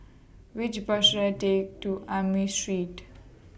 Which Bus should I Take to Amoy Street